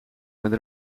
met